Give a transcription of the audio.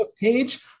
page